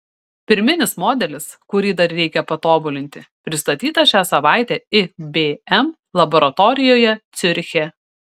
pirminis modelis kurį dar reikia patobulinti pristatytas šią savaitę ibm laboratorijoje ciuriche